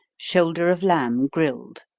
shoulder of lamb grilled.